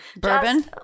bourbon